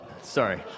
sorry